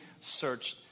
searched